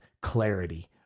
clarity